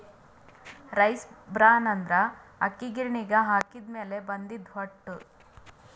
rice bran ಅಂದ್ರ ಅಕ್ಕಿ ಗಿರಿಣಿಗ್ ಹಾಕಿದ್ದ್ ಮ್ಯಾಲ್ ಬಂದಿದ್ದ್ ಹೊಟ್ಟ